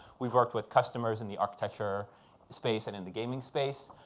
we've worked with customers in the architecture space and in the gaming space.